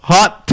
Hot